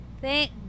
Thank